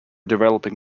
developing